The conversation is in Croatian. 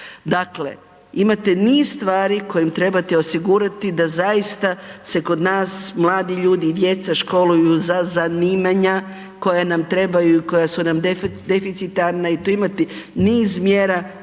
Dakle, imate niz stvari koje im trebate osigurati da zaista se kod nas mladi ljudi i djeca školuju za zanimanja koja nam trebaju i koja su deficitarna i tu imate niz mjera